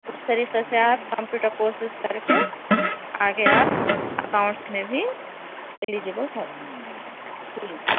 اس طریقے سے آپ کمپیوٹر کورسز کر کے آگے آپ اکاونٹس میں بھی الیجیبل ہوتے جی جی